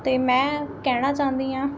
ਅਤੇ ਮੈਂ ਕਹਿਣਾ ਚਾਹੁੰਦੀ ਹਾਂ